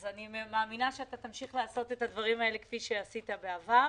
אני מאמינה שתמשיך לעשות את הדברים האלה כפי שעשית בעבר,